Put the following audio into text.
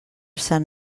sant